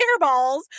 hairballs